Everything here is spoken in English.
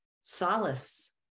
solace